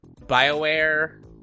Bioware